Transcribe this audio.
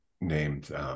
named